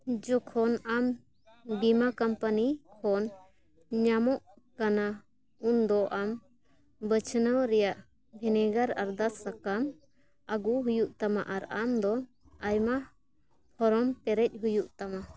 ᱡᱚᱠᱷᱚᱱ ᱟᱢ ᱵᱤᱢᱟ ᱠᱳᱢᱯᱟᱱᱤ ᱠᱷᱚᱱ ᱧᱟᱢᱚᱜ ᱠᱟᱱᱟ ᱩᱱᱫᱚ ᱟᱢ ᱵᱟᱪᱷᱱᱟᱣ ᱨᱮᱭᱟᱜ ᱵᱷᱮᱱᱮᱜᱟᱨ ᱟᱨᱫᱟᱥ ᱟᱠᱟᱱ ᱟᱹᱜᱩ ᱦᱩᱭᱩᱜ ᱛᱟᱢᱟ ᱟᱨ ᱟᱢᱫᱚ ᱟᱭᱢᱟ ᱯᱷᱚᱨᱚᱢ ᱯᱮᱨᱮᱡ ᱦᱩᱭᱩᱜ ᱛᱟᱢᱟ